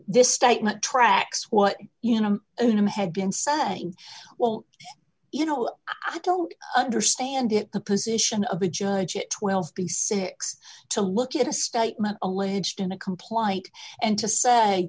this statement tracks what you know whom had been saying well you know i don't understand it the position of a judge it twelve the six to look at a statement alleged in a compliant and to say